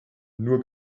nur